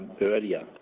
earlier